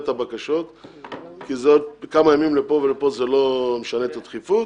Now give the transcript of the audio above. הבקשות כי כמה ימים לפה או לפה לא ישנו את הדחיפות.